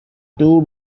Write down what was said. two